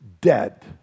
dead